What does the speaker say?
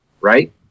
right